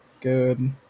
good